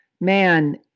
man